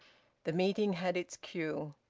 the meeting had its cue.